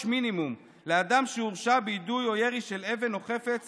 מינימום לאדם שהורשע ביידוי או ירי של אבן או חפץ